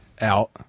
out